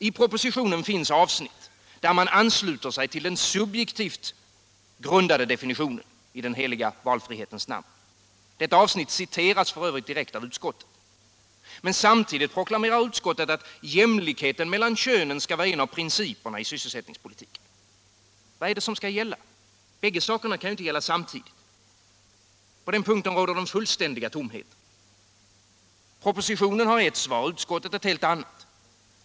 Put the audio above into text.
I propositionen finns ett avsnitt där man i den heliga valfrihetens namn ansluter sig till den subjektivt grundade definitionen. Detta avsnitt citeras f. ö. direkt av utskottet. Men samtidigt proklamerar utskottet att jämlikheten mellan könen skall vara en av principerna i sysselsättningspolitiken. Och båda sakerna kan ju inte gälla samtidigt. På den punkten råder den fullständiga tomheten. Propositionen har givit ett svar och utskottet ett helt annat.